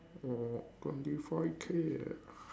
oh twenty five K ah